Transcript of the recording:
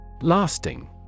Lasting